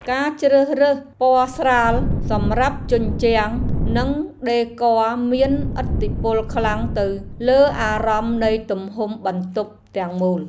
ការជ្រើសរើសពណ៌ស្រាលសម្រាប់ជញ្ជាំងនិងការដេគ័រមានឥទ្ធិពលខ្លាំងទៅលើអារម្មណ៍នៃទំហំបន្ទប់ទាំងមូល។